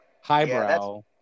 Highbrow